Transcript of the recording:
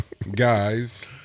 Guys